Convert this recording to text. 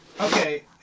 okay